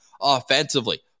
offensively